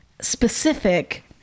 specific